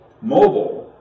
mobile